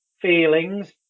feelings